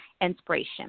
inspiration